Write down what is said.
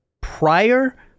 prior